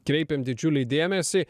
kreipėm didžiulį dėmesį